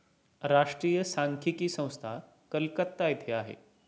राष्ट्रीय सांख्यिकी संस्था कलकत्ता येथे आहे